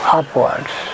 upwards